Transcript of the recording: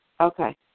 Okay